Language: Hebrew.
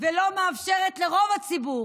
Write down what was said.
ולא מאפשרת לרוב הציבור,